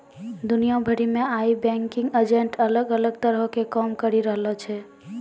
दुनिया भरि मे आइ बैंकिंग एजेंट अलग अलग तरहो के काम करि रहलो छै